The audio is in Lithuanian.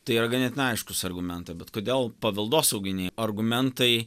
tai yra ganėtinai aiškūs argumentai bet kodėl paveldosauginiai argumentai